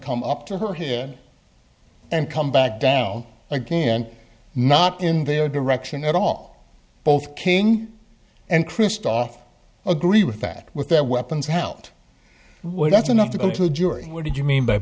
come up to her head and come back down again not in their direction at all both king and christoph agree with that with their weapons out where that's enough to go to the jury what did you mean by